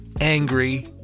angry